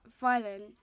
violent